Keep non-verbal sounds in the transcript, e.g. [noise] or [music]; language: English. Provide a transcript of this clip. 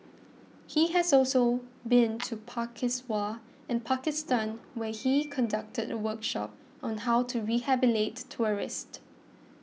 he has also been to [unintelligible] in Pakistan where he conducted a workshop on how to rehabilitate tourist